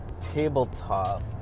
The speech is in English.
tabletop